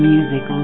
Music